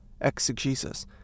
exegesis